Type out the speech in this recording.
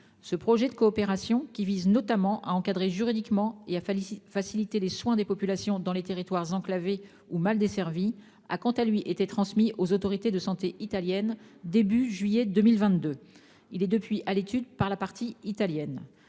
Ce projet de coopération, qui vise notamment à encadrer juridiquement et à faciliter les soins des populations dans les territoires enclavés ou mal desservis, a quant à lui été transmis aux autorités de santé italiennes au début du mois de juillet 2022. Il est depuis à l'étude. Nos services